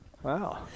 Wow